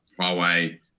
Huawei